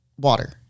water